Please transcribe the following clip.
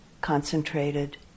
concentrated